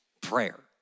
prayer